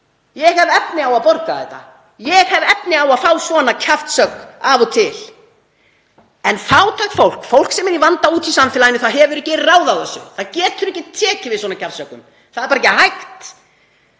ég hef efni á að borga þetta. Ég hef efni á að fá svona kjaftshögg af og til. En fátækt fólk sem er í vanda úti í samfélaginu hefur ekki ráð á þessu. Það getur ekki tekið við svona kjaftshöggum. Það er bara ekki hægt.